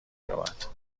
یابد